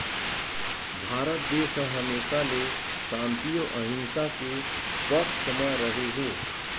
भारत देस ह हमेसा ले सांति अउ अहिंसा के पक्छ म रेहे हे